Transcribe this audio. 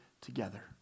together